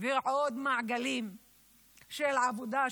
ועוד מעגלים של עבודה,